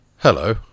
Hello